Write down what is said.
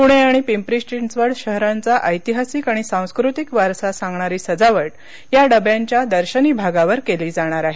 पुणे आणि पिंपरी चिंचवड शहरांचा ऐतिहासिक आणि सांस्कृतिक वारसा सांगणारी सजावट या डब्यांच्या दर्शनी भागावर केली जाणार आहे